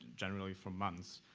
generally for months.